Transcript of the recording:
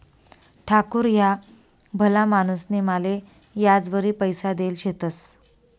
ठाकूर ह्या भला माणूसनी माले याजवरी पैसा देल शेतंस